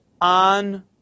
on